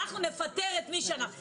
אנחנו נפטר את מי שאנחנו רוצים,